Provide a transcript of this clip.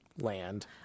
land